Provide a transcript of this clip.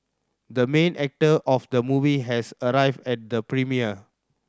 the main actor of the movie has arrived at the premiere